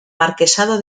marquesado